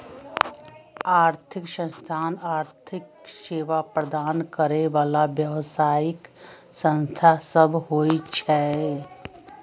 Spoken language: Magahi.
आर्थिक संस्थान आर्थिक सेवा प्रदान करे बला व्यवसायि संस्था सब होइ छै